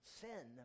sin